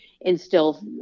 instill